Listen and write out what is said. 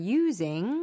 using